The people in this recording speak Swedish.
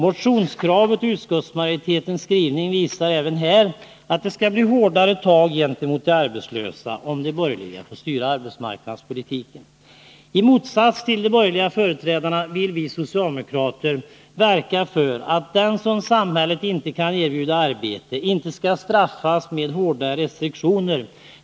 Motionskravet och utskottsmajoritetens skrivning visar även här att det skall bli hårdare tag gentemot de arbetslösa, om de borgerliga får styra arbetsmarknadspolitiken. I motsats till de borgerliga företrädarna vill vi socialdemokrater verka för att den som samhället inte kan erbjuda arbete inte skall straffas med hårdare restriktioner.